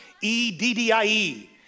E-D-D-I-E